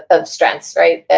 of strengths, right?